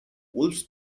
wolves